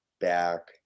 back